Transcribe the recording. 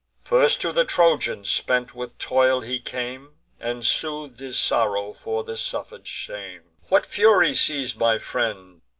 first to the trojan, spent with toil, he came, and sooth'd his sorrow for the suffer'd shame. what fury seiz'd my friend?